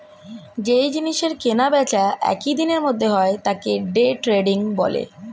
যেই জিনিসের কেনা বেচা একই দিনের মধ্যে হয় তাকে ডে ট্রেডিং বলে